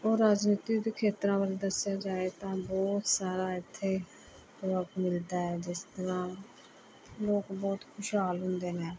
ਉਹ ਰਾਜਨੀਤੀ ਦੇ ਖੇਤਰਾਂ ਬਾਰੇ ਦੱਸਿਆ ਜਾਏ ਤਾਂ ਜੋ ਸਾਰਾ ਇੱਥੇ ਮਿਲਦਾ ਹੈ ਜਿਸ ਤਰ੍ਹਾਂ ਲੋਕ ਬਹੁਤ ਖੁਸ਼ਹਾਲ ਹੁੰਦੇ ਨੇ